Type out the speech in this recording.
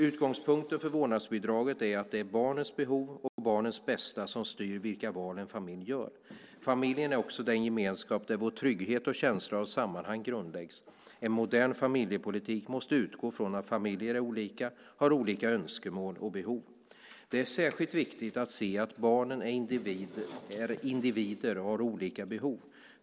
Utgångspunkten för vårdnadsbidraget är att det är barnets behov och barnets bästa som styr vilka val en familj gör. Familjen är också den gemenskap där vår trygghet och känsla av sammanhang grundläggs. En modern familjepolitik måste utgå från att familjer är olika, har olika önskemål och behov. Det är särskilt viktigt att se att barnen är individer och har olika behov.